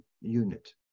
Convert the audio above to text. unit